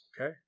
Okay